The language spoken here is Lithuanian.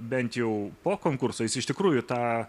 bent jau po konkurso jis iš tikrųjų tą